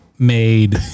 Made